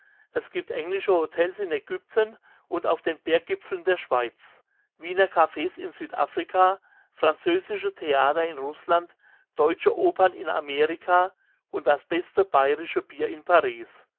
es gibt englische hotels in egypten und auf den berggipfeln der schweiz wiener cafs in südafrika französische theater in russland deutsche opern in amerika und das beste bairische bier in paris